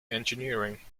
engineering